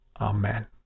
Amen